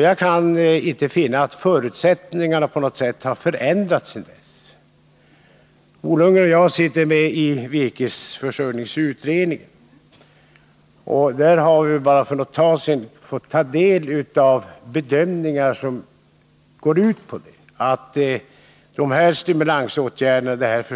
Jag kan inte finna att förutsättningarna på något sätt har förändrats sedan dess. Bo Lundgren och jag ingår i virkesförsörjningsutredningen, och där har vi ganska nyligen fått ta del av bedömningar som går ut på att stimulansåtgärderna enligt det föreliggande